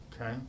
okay